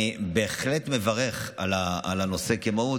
אני בהחלט מברך על הנושא כמהות.